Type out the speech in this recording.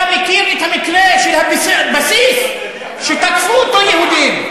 אתה מכיר את המקרה של הבסיס שתקפו אותו יהודים,